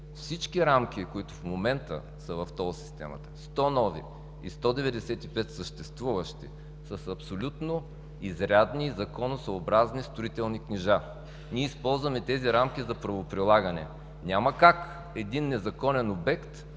всички рамки, които в момента са в тол системата – 100 нови и 195 съществуващи, са с абсолютно изрядни и законосъобразни строителни книжа. Ние използваме тези рамки за правоприлагане. Няма как един незаконен обект